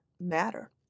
matter